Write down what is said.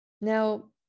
Now